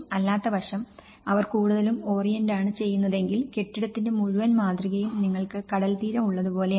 അല്ലാത്തപക്ഷം അവർ കൂടുതലും ഓറിയന്റാണ് ചെയ്യുന്നതെങ്കിൽ കെട്ടിടത്തിന്റെ മുഴുവൻ മാതൃകയും നിങ്ങൾക്ക് കടൽത്തീരം ഉള്ളതുപോലെയാണ്